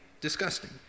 disgusting